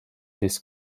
this